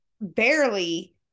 barely